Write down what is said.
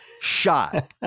shot